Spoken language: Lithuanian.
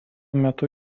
metu